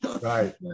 right